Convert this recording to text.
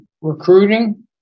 recruiting